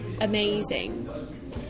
amazing